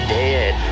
dead